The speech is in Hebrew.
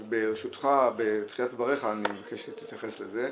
אז ברשותך, בתחילת דבריך אני מבקש שתתייחס לזה.